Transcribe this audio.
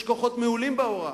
יש כוחות מעולים בהוראה.